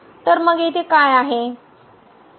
तर मग येथे काय आहे